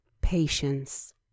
patience